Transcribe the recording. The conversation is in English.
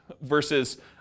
versus